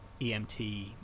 emt